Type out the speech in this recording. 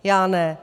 Já ne.